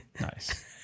nice